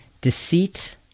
Deceit